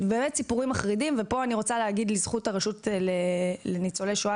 פה אני רוצה להגיד לזכות הרשות לניצולי שואה